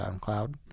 SoundCloud